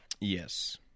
yes